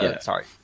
Sorry